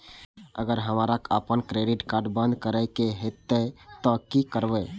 अगर हमरा आपन क्रेडिट कार्ड बंद करै के हेतै त की करबै?